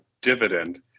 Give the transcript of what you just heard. dividend